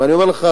ואני אומר לך,